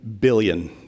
billion